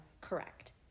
correct